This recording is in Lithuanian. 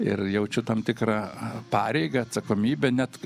ir jaučiu tam tikrą pareigą atsakomybę net